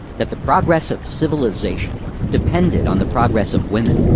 that the progress of civilization depended on the progress of women.